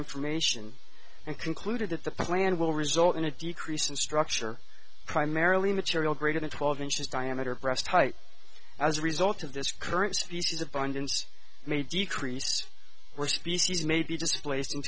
information and concluded that the plan will result in a decrease in structure primarily material greater than twelve inches diameter breast height as a result of this current species abundance may decrease were species may be displac